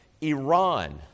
Iran